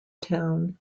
town